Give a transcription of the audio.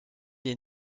est